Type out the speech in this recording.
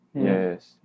yes